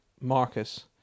Marcus